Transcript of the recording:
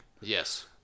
Yes